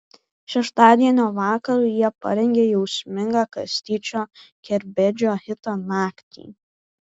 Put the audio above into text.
šeštadienio vakarui jie parengė jausmingą kastyčio kerbedžio hitą nakty